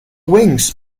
wings